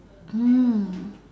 mm